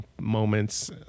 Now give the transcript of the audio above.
moments